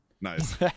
nice